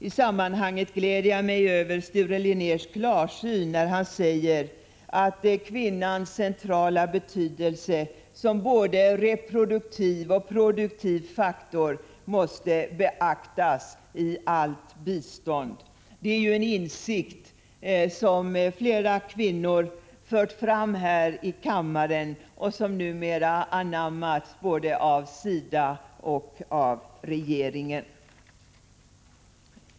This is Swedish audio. I sammanhanget gläder jag mig över Sture Linnérs klarsyn, när han säger att kvinnans centrala betydelse som både reproduktiv och produktiv faktor måste beaktas i allt bistånd. Det är ju en insikt som flera kvinnor fört fram här i kammaren och som numera anammats både av SIDA och av regeringen.